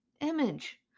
image